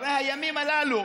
הרי הימים הללו